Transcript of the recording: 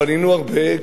בנינו הרבה,